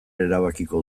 erabakiko